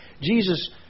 Jesus